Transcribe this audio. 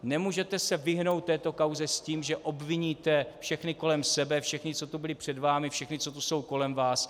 Nemůžete se vyhnout této kauze s tím, že obviníte všechny kolem sebe, všechny, co tu byli před vámi, všechny, co tu jsou kolem vás.